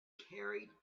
carried